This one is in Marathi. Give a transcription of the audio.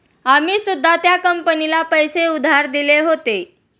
आम्ही सुद्धा त्या कंपनीला पैसे उधार दिले होते